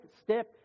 step